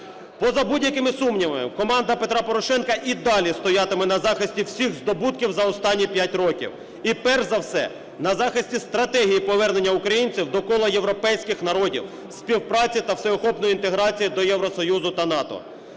Поза будь-якими сумнівами, команда Петра Порошенка і далі стоятиме на захисті всіх здобутків за останні 5 років, і перш за все – на захисті стратегії повернення українців до кола європейських народів, співпраці та всеохопної інтеграції до Євросоюзу та НАТО.